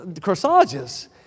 corsages